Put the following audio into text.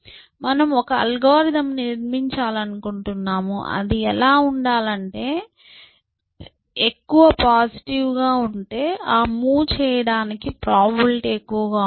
మనము ఒక అల్గోరిథం ను నిర్మించాలనుకుంటున్నాము అది ఎలా ఉండాలంటే ఇది ఎక్కువ పాజిటివ్ గా ఉంటే ఆ మూవ్ చేయడానికి ప్రాబబిలిటీ ఎక్కువగా ఉంటుంది